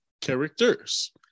characters